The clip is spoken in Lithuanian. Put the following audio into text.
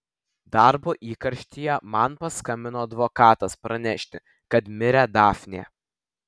darbo įkarštyje man paskambino advokatas pranešti kad mirė dafnė